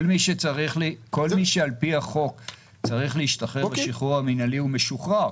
כל מי שעל פי החוק צריך להשתחרר בשחרור המינהלי הוא משוחרר.